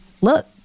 Look